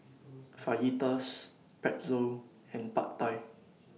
Fajitas Pretzel and Pad Thai